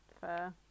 fair